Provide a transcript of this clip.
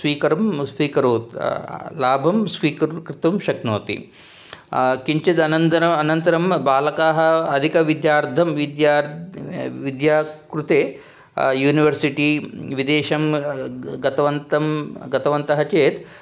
स्वीकरं स्वीकरोति लाभं स्वीकर्तुं शक्नोति किञ्चिदनन्तरम् अनन्तरं बालकाः अधिकविद्यार्थं विद्यार्थं विद्यायाः कृते युनिवर्सिटि विदेशं गतवन्तः गतवन्तः चेत्